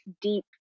deep